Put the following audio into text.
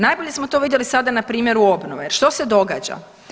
Najbolje smo to vidjeli sada na primjeru obnove jer što se događa?